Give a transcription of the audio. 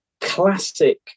classic